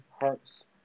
Hearts